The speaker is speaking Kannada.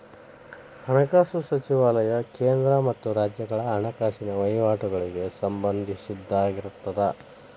ಹಣಕಾಸು ಸಚಿವಾಲಯ ಕೇಂದ್ರ ಮತ್ತ ರಾಜ್ಯಗಳ ಹಣಕಾಸಿನ ವಹಿವಾಟಗಳಿಗೆ ಸಂಬಂಧಿಸಿದ್ದಾಗಿರತ್ತ